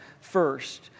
first